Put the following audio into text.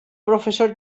professor